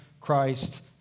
Christ